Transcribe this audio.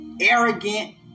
Arrogant